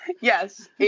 Yes